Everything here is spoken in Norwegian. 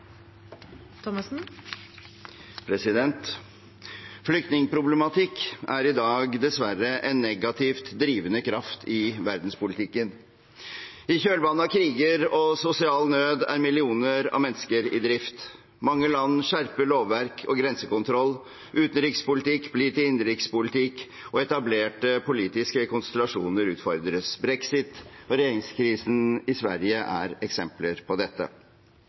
millioner av mennesker i drift. Mange land skjerper lovverk og grensekontroll, utenrikspolitikk blir til innenrikspolitikk, og etablerte politiske konstellasjoner utfordres. Brexit og regjeringskrisen i Sverige er eksempler på dette.